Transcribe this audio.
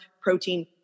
protein